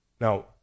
Now